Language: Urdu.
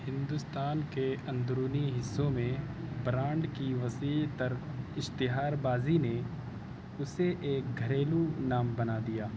ہندوستان کے اندرونی حصوں میں برانڈ کی وسیع تر اشتہار بازی نے اسے ایک گھریلو نام بنا دیا